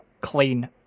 clean